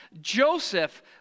Joseph